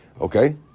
Okay